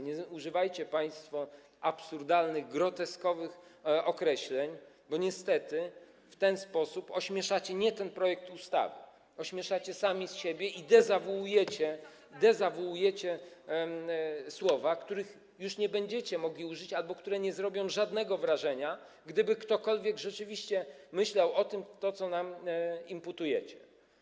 Nie używajcie państwo absurdalnych, groteskowych określeń, bo niestety w ten sposób ośmieszacie nie ten projekt ustawy, ośmieszacie sami siebie i dezawuujecie słowa, których już nie będziecie mogli użyć albo które nie zrobią żadnego wrażenia, gdyby ktokolwiek rzeczywiście myślał o tym, co nam imputujecie.